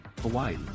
Hawaii